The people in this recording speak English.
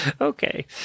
Okay